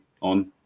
on